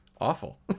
awful